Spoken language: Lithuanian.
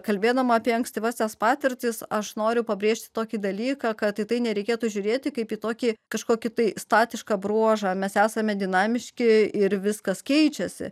kalbėdama apie ankstyvąsias patirtis aš noriu pabrėžti tokį dalyką kad į tai nereikėtų žiūrėti kaip į tokį kažkokį tai statišką bruožą mes esame dinamiški ir viskas keičiasi